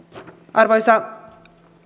arvoisa